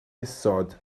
isod